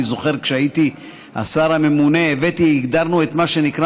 אני זוכר שכשהייתי השר הממונה הגדרנו את מה שנקרא